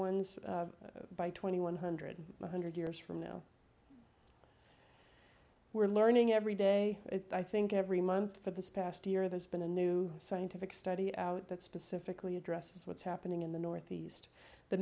ones by twenty one hundred one hundred years from now we're learning every day i think every month of this past year there's been a new scientific study out that specifically addresses what's happening in the northeast the